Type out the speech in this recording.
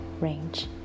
range